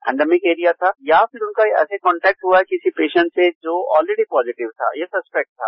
pandemic area था या फिर उनका ऐसा कॉन्टेक्ट हुआ किसी पेशंट से जो ऑलरेडी पॉजिटीव था या सस्पेक्ट था